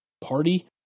party